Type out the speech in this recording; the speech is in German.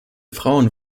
frauen